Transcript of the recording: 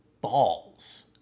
balls